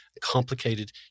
complicated